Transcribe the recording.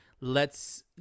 lets